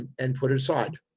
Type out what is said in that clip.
and put it aside.